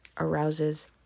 arouses